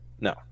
No